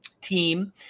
team